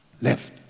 Left